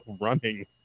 running